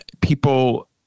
people